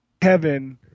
Kevin